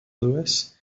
louis